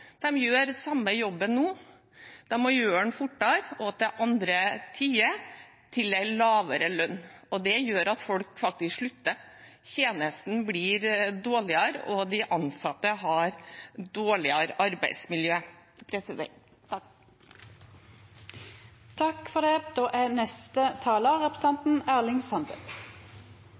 gjør samme jobben nå. De må gjøre den fortere og til andre tider, til lavere lønn. Det gjør at folk faktisk slutter. Tjenesten blir dårligere, og de ansatte har dårligere arbeidsmiljø. Senterpartiet er, i likskap med interpellanten, samd i at vi må ha eit togtilbod som er